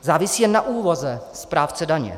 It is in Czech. Závisí jen na úvaze správce daně.